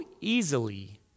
easily